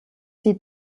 sie